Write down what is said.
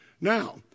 Now